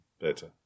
better